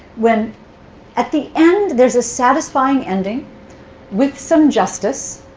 when at the end, there's a satisfying ending with some justice,